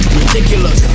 ridiculous